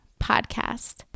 podcast